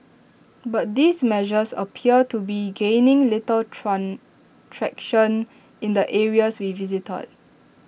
but these measures appear to be gaining little traction in the areas we visited